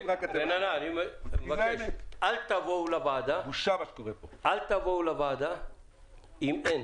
לכן, אל תבואו לוועדה אם אין